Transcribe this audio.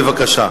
בבקשה.